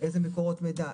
איזה מקורות מידע,